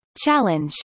challenge